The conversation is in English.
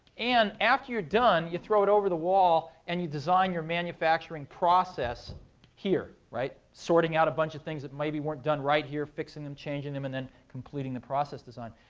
and after you're done, you throw it over the wall. and you design your manufacturing process here, sorting out a bunch of things that maybe weren't done right here, fixing them, changing them, and then completing the process design.